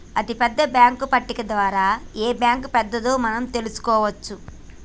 అతిపెద్ద బ్యేంకుల పట్టిక ద్వారా ఏ బ్యాంక్ పెద్దదో మనం తెలుసుకోవచ్చు